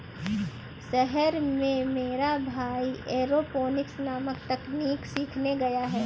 शहर में मेरा भाई एरोपोनिक्स नामक तकनीक सीखने गया है